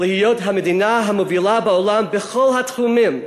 להיות המדינה המובילה בעולם בכל התחומים,